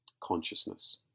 consciousness